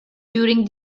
during